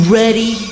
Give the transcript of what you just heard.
ready